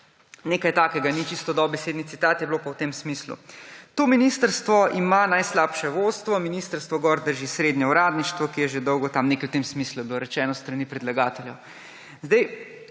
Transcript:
nekaj takega, ni čisto dobesedni citat, je bilo pa v tem smislu: To ministrstvo ima najslabše vodstvo, ministrstvo gor drži srednje uradništvo, ki je že dolgo tam. Nekaj v tem smislu je bilo rečeno s strani predlagateljev.